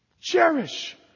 Cherish